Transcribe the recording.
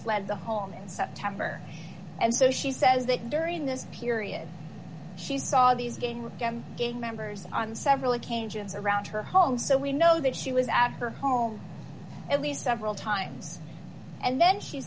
fled the home in september and so she says that during this period she saw these game again gang members on several occasions around her home so we know that she was after her home at least several times and then she